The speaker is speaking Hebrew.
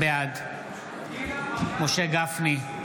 בעד משה גפני,